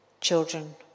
children